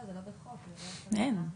אין.